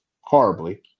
horribly